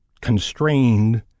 constrained